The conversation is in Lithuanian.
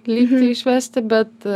lygtį išvesti bet